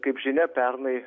kaip žinia pernai